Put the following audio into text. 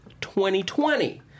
2020